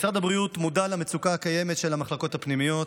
משרד הבריאות מודע למצוקה הקיימת של המחלקות הפנימיות.